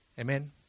Amen